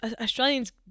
Australians